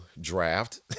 draft